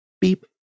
beep